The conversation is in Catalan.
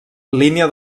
línia